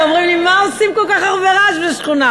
אומרים לי: מה עושים כל כך הרבה רעש בשכונה?